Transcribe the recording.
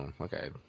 okay